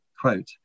quote